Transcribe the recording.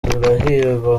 turahirwa